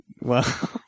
Wow